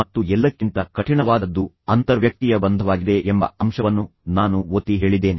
ಮತ್ತು ಎಲ್ಲಕ್ಕಿಂತ ಕಠಿಣವಾದದ್ದು ಅಂತರ್ವ್ಯಕ್ತೀಯ ಬಂಧವಾಗಿದೆ ಎಂಬ ಅಂಶವನ್ನು ನಾನು ಒತ್ತಿ ಹೇಳಿದ್ದೇನೆ